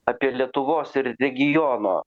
apie lietuvos ir regiono